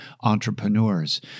entrepreneurs